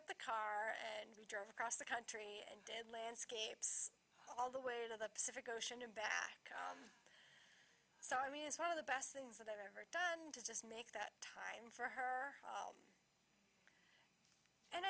up the car and we drove across the country and did landscapes all the way to the pacific ocean and back so i mean it's one of the best things that i've ever done to just make that time for her